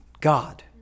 God